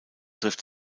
trifft